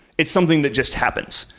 it's something that just happens.